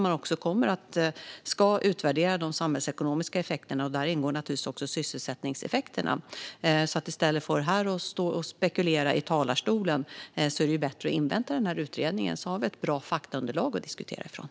Man ska också utvärdera de samhällsekonomiska effekterna, och där ingår naturligtvis sysselsättningseffekterna. I stället för att stå här och spekulera är det bättre att invänta denna utredning så att har vi ett bra faktaunderlag att diskutera utifrån.